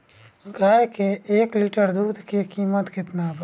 गाय के एक लीटर दूध के कीमत केतना बा?